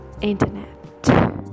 internet